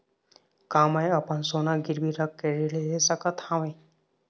का मैं अपन सोना गिरवी रख के ऋण ले सकत हावे?